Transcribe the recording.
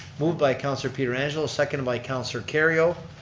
moved by counselor pietrangelo, second by counselor kerrio.